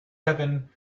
heaven